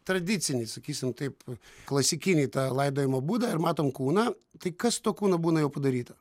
tradicinį sakysim taip klasikinį tą laidojimo būdą ir matom kūną tai kas su tuo kūnu būna jau padaryta